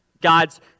God's